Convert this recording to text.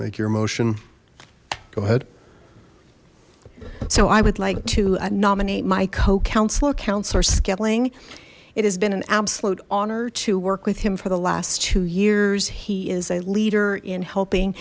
make your motion go ahead so i would like to nominate my co counselor councillor skilling it has been an absolute honor to work with him for the last two years he is a leader in helping